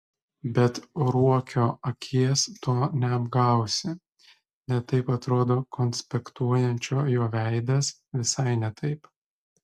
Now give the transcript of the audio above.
bet ruokio akies tu neapgausi ne taip atrodo konspektuojančio jo veidas visai ne taip